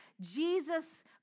Jesus